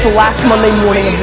last monday morning